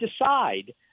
decide